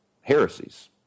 heresies